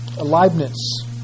Leibniz